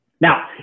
Now